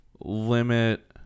limit